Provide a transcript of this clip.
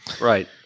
Right